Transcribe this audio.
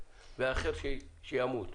והאחר שימות,